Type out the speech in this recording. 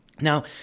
Now